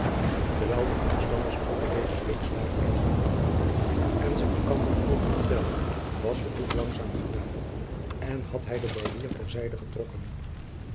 terwijl de omstanders over deze kwinkslagen lachten en ze elkander over vertelden was verhoef langzaam genaderd en had hy den barbier ter zijde getrokken